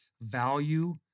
value